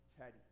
Teddy